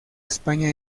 españa